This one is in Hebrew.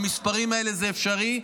במספרים האלה זה אפשרי,